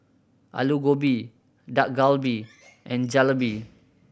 Alu Gobi Dak Galbi and Jalebi